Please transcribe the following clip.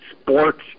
sports